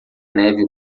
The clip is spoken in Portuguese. neve